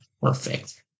perfect